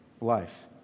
life